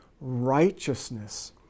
righteousness